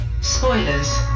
Spoilers